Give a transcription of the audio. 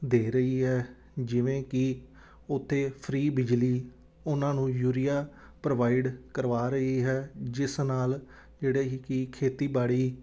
ਦੇ ਰਹੀ ਹੈ ਜਿਵੇਂ ਕਿ ਉੱਥੇ ਫਰੀ ਬਿਜਲੀ ਉਹਨਾਂ ਨੂੰ ਯੂਰੀਆ ਪ੍ਰੋਵਾਈਡ ਕਰਵਾ ਰਹੀ ਹੈ ਜਿਸ ਨਾਲ ਜਿਹੜੇ ਹੀ ਕਿ ਖੇਤੀਬਾੜੀ